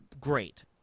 great